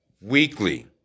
weekly